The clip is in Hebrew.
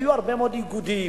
היו הרבה מאוד איגודים,